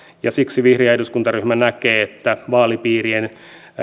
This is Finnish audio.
siksi vihreä eduskuntaryhmä näkee että vaalipiirien